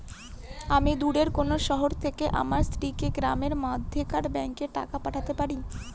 আমি দূরের কোনো শহর থেকে আমার স্ত্রীকে গ্রামের মধ্যেকার ব্যাংকে টাকা পাঠাতে পারি?